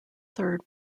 third